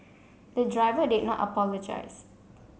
the driver did not apologise